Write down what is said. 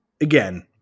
again